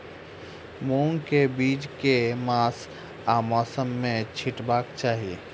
मूंग केँ बीज केँ मास आ मौसम मे छिटबाक चाहि?